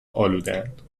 آلودهاند